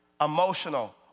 emotional